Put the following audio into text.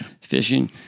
fishing